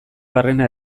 barrena